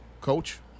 Coach